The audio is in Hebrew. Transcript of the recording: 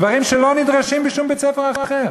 דברים שלא נדרשים בשום בית-ספר אחר.